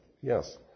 Yes